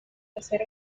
acero